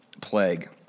plague